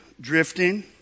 drifting